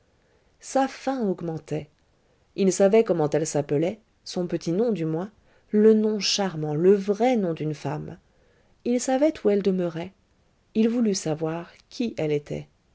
sa faim augmentait il savait comment elle s'appelait son petit nom du moins le nom charmant le vrai nom d'une femme il savait où elle demeurait il voulut savoir qui elle était